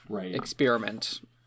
Experiment